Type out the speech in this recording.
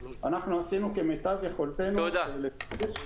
אנחנו עשינו כמיטב יכולתנו --- תודה.